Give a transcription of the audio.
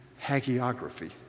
hagiography